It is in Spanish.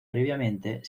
previamente